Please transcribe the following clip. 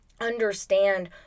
understand